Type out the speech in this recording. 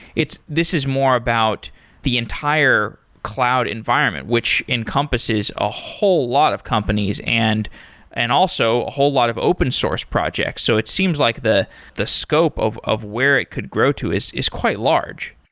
this is more about the entire cloud environment, which encompasses a whole lot of companies and and also a whole lot of open source projects. so it seems like the the scope of of where it could grow to is is quite large